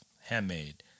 handmade